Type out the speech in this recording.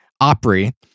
Opry